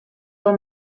old